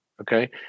Okay